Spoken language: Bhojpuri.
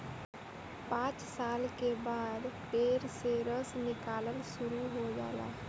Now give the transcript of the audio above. पांच साल के बाद पेड़ से रस निकलल शुरू हो जाला